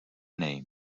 name